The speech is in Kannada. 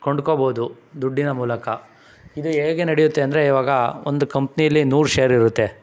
ಕೊಂಡ್ಕೊಬೋದು ದುಡ್ಡಿನ ಮೂಲಕ ಇದು ಹೇಗೆ ನಡಿಯುತ್ತೆ ಅಂದರೆ ಇವಾಗ ಒಂದು ಕಂಪ್ನೀಲಿ ನೂರು ಶೇರ್ ಇರುತ್ತೆ